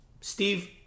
Steve